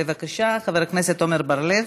בבקשה, חבר הכנסת עמר בר-לב.